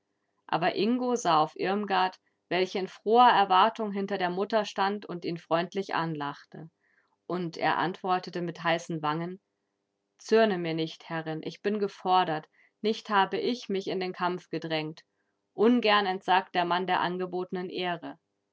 aber ingo sah auf irmgard welche in froher erwartung hinter der mutter stand und ihn freundlich anlachte und er antwortete mit heißen wangen zürne mir nicht herrin ich bin gefordert nicht habe ich mich in den kampf gedrängt ungern entsagt der mann der angebotenen ehre